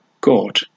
God